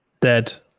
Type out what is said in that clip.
Dead